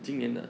今年的